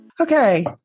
okay